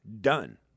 Done